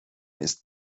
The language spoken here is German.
ist